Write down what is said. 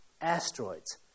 asteroids